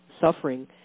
suffering